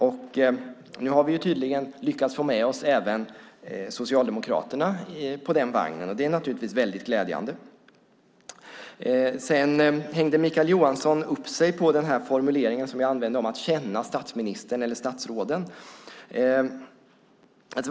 Nu har vi tydligen lyckats få med oss även Socialdemokraterna på den vagnen, och det är naturligtvis väldigt glädjande. Mikael Johansson hänger upp sig på den formulering jag använde om att känna statsministern eller statsråden.